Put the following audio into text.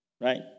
Right